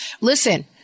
Listen